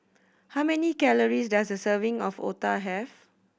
how many calories does a serving of otah have